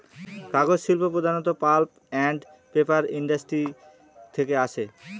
কাগজ শিল্প প্রধানত পাল্প আন্ড পেপার ইন্ডাস্ট্রি থেকে আসে